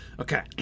Okay